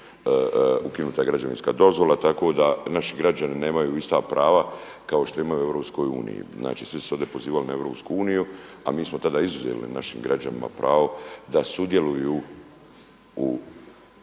ukinuta građevinska dozvola, tako da naši građani nemaju ista prava kao što imaju u EU. Znači, svi su se ovdje pozivali na EU, a mi smo tada izuzeli našim građanima pravo da sudjeluju u,